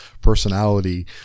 personality